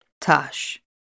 Tosh